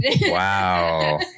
Wow